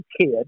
kid